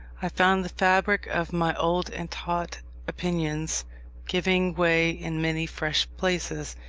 i found the fabric of my old and taught opinions giving way in many fresh places,